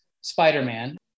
Spider-Man